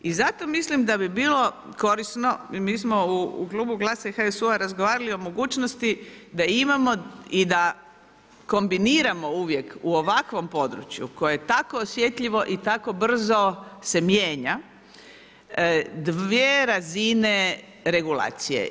I zato mislim da bi bilo korisni, i mi smo u klubu GLAS-a i HSU-a razgovarali o mogućnosti da imamo i da kombiniramo uvijek u ovakvom području koje je tako osjetljivo i koje se tako brzo mijenja dvije razine regulacije.